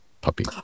puppy